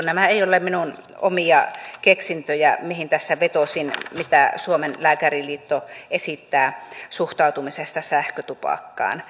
nämä eivät ole minun omia keksintöjäni mihin tässä vetosin siinä mitä suomen lääkäriliitto esittää suhtautumisesta sähkötupakkaan